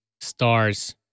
Stars